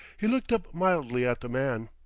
he looked up mildly at the man.